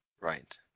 Right